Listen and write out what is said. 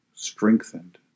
strengthened